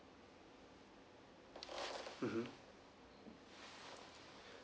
mmhmm